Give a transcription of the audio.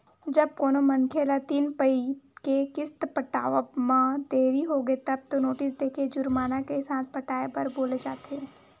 जब कोनो मनखे ल तीन पइत के किस्त पटावब म देरी होगे तब तो नोटिस देके जुरमाना के साथ पटाए बर बोले जाथे